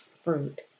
fruit